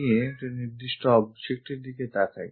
চলো আমরা Orthographic Projections এর নির্দিষ্ট object এ তাকাই